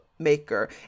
maker